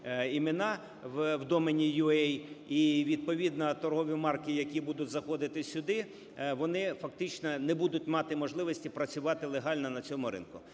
імена в домені .UA і відповідно торгові марки, які будуть заходити сюди, вони фактично не будуть мати можливості працювати легально на цьому ринку.